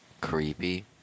creepy